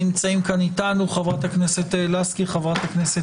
חבריי וחברותיי,